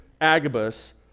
Agabus